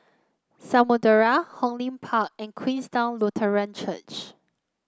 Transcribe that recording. Samudera Hong Lim Park and Queenstown Lutheran Church